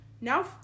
Now